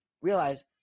realize